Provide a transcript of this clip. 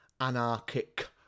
anarchic